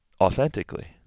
authentically